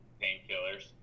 painkillers